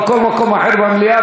או לכל מקום אחר במליאה,